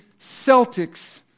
Celtics